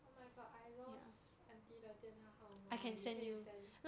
oh my god I lost aunty 的电话号码你可以 send